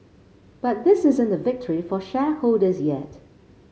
but this isn't a victory for shareholders yet